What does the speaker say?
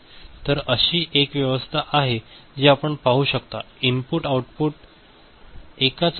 तर अशी एक व्यवस्था आहे जी आपण पाहू शकता इनपुट आउटपुट एकाच आहे